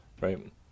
Right